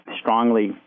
strongly